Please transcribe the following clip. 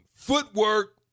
Footwork